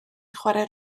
chwarae